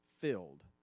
filled